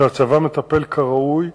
שהצבא מטפל כראוי,